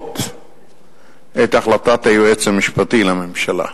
לשפוט את החלטת היועץ המשפטי לממשלה,